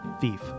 thief